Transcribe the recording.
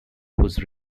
whose